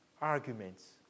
arguments